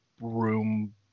room